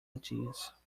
ideas